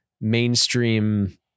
mainstream